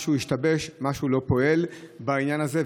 משהו השתבש, משהו לא פועל בעניין הזה.